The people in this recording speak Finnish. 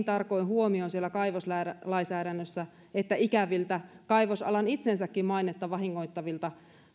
tarkoin huomioon siellä kaivoslainsäädännössä että ikäviltä kaivosalan itsensäkin mainetta vahingoittavilta